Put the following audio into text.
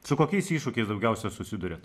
su kokiais iššūkiais daugiausia susiduriat